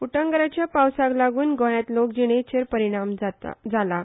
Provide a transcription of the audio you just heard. उटंगराच्या पावसाक लागून गोयांत लोकजीणेचेर परिणाम जालां